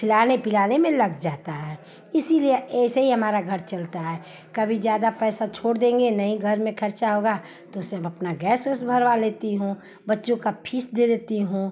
खिलाने पिलाने में लग जाता है इसीलिए ऐसे ही हमारा घर चलता है कभी ज़्यादा पैसा छोड़ देंगे नहीं घर में खर्चा होगा तो उससे अब अपना गैस वैस भरवा लेती हूँ बच्चों की फ़ीस दे देती हूँ